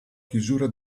chiusura